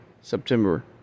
September